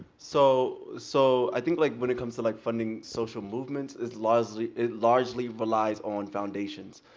so so i think like when it comes to like funding social movements, it largely it largely relies on foundations.